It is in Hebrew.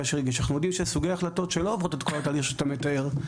כאשר אנחנו יודעים שיש סוגי החלטות שלא עוברות את כל התהליך שאתה מתאר,